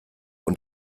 und